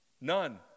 none